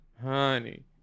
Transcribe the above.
Honey